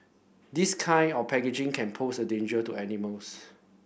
this kind of packaging can pose a danger to animals